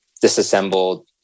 disassembled